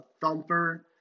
thumper